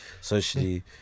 socially